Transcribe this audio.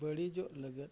ᱵᱟᱹᱲᱤᱡᱚᱜ ᱞᱟᱹᱜᱤᱫ